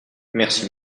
merci